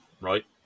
right